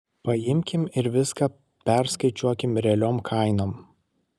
paimkim ir viską perskaičiuokim realiom kainom